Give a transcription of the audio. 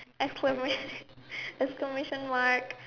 exclamation exclamation mark